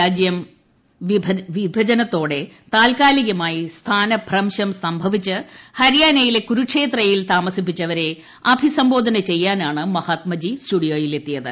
രാജ്യ വിഭജനത്തോടെ താൽക്കാലികമായി സ്ഥാനഭ്രംശം സംഭവിച്ച് ഹരിയാനയിലെ കുരുക്ഷേത്രയിൽ താമസിപ്പിച്ചവരെ അഭിസംബോധന ചെയ്യാനാണ് മഹാത്മജി സ്റ്റുഡിയോയിൽ എത്തിയത്